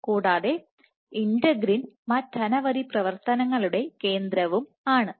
കൂടാതെ ഇന്റെഗ്രിൻ മറ്റനവധി പ്രവർത്തനങ്ങളുടെ കേന്ദ്രവും ആണ്